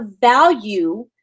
value